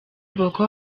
boko